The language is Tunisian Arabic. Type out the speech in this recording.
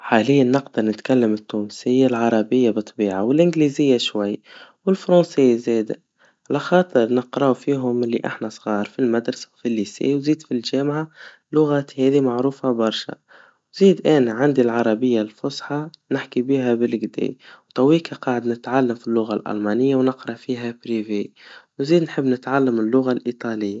حالياً نقدر نتكلم التونسيا العربيا بطبيعا, والانجليزيا شوي, والفرنسيا زادا, على خاطر نقراوا فيهم اللي إحنا صغار في المدرسا, وفي الليسية, وفي الجامعا, اللغات هاذي معروفا برشا, زاد أنا عندي العربيا الفصحى, نحكي بيها بالجدير, وتويكها قاعد نتعلم في اللغا الألمانيا, ونقرأ فيها بريفي, وزيد نحب نتعلم اللغا الإيطاليا.